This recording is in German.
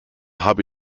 habe